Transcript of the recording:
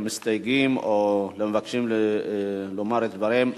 למסתייגים או למבקשים לומר את דבריהם.